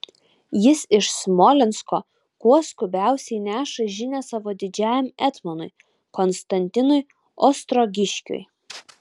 jis iš smolensko kuo skubiausiai neša žinią savo didžiajam etmonui konstantinui ostrogiškiui